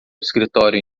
escritório